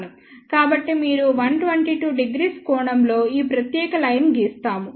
కాబట్టి మీరు 122º కోణంలో ఈ ప్రత్యేక లైన్ గీస్తాము